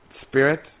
spirit